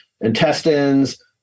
intestines